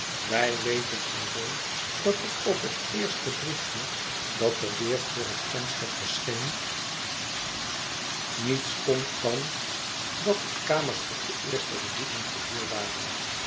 wij weten alleen dat er op het eerste brief e dat er weer voor het venster verscheen niets stond dan dat er kamers op de eerste verdieping te huur waren